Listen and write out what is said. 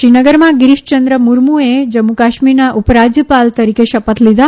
શ્રીનગરમાં ગીરીશચંદ્ર મુર્મુએ જમ્મુ કાશ્મીરના ઉપરાજ્યપાલ તરીકે શપથ તીધા